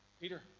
Peter